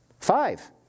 Five